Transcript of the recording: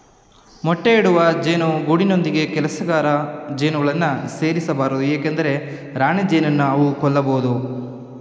ಮೊಟ್ಟೆ ಇಡುವ ಜೇನು ಗೂಡಿನೊಂದಿಗೆ ಕೆಲಸಗಾರ ಜೇನುಗಳನ್ನು ಸೇರಿಸ ಬಾರದು ಏಕೆಂದರೆ ರಾಣಿಜೇನನ್ನು ಅವು ಕೊಲ್ಲಬೋದು